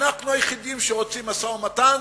אנחנו היחידים שרוצים משא-ומתן,